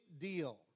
deal